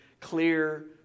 Clear